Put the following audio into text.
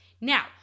Now